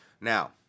Now